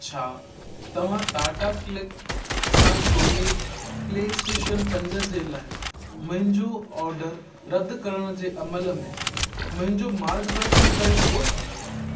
छा तव्हां टाटा क्लिक सां सोनी प्लेस्टेशन पंज जे लाइ मुंहिंजो ऑडर रदि करण जे अमल में मुंहिंजो मार्गदर्शन करे सघो था